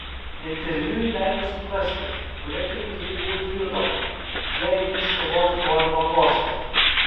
interviu ji leido suprasti kuria kryptimi būtų judama jei ji iškovotų norimą postą